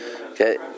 Okay